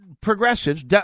Progressives